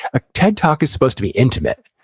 a ted talk is supposed to be intimate.